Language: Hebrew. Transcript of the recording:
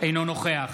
אינו נוכח